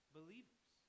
believers